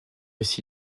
ici